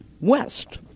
west